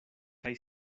kaj